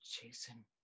Jason